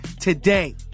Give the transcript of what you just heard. today